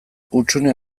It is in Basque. hutsune